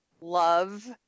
love